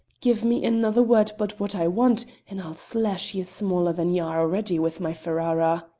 give me another word but what i want and i'll slash ye smaller than ye are already with my ferrara.